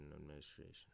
administration